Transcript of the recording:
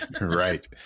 Right